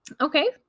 okay